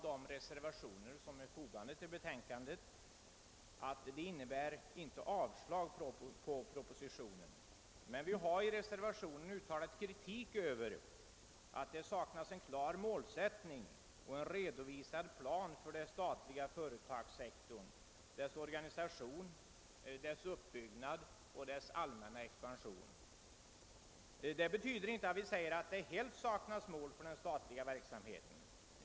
De reservationer som är fogade vid utlåtandet innebär inte avslag på propositionen, men vi har uttalat kritik över att det saknas en klar målsättning och en redovisad plan för den statliga företagssektorn, dess organisation, uppbyggnad och allmänna expansion. Det betyder inte att vi anser att det helt saknas mål för den statliga verksamheten.